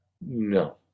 No